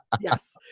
yes